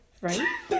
right